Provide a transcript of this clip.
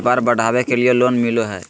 व्यापार बढ़ावे के लिए लोन मिलो है?